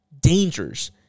dangers